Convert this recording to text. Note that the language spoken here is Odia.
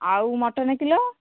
ଆଉ ମଟନ୍ କିଲୋ